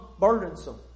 burdensome